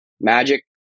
Magic